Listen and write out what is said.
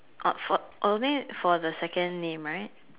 Oxford only for the second name right